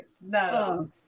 No